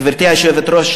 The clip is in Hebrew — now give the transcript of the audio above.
גברתי היושבת-ראש,